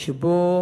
שבו